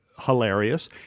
Hilarious